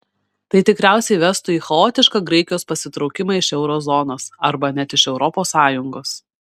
tai tikriausiai vestų į chaotišką graikijos pasitraukimą iš euro zonos arba net iš europos sąjungos